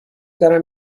دارم